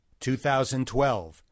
2012